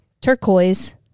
turquoise